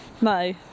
no